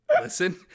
Listen